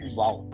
wow